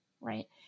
right